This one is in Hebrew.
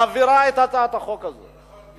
מעבירה את הצעת החוק הזאת.